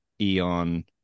Eon